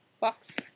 box